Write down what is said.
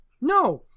No